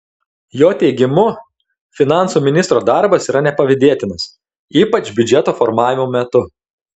jo teigimu finansų ministro darbas yra nepavydėtinas ypač biudžeto formavimo metu